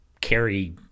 carry